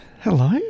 Hello